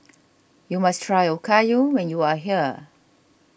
you must try Okayu when you are here